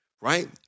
right